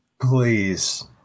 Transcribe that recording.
please